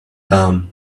down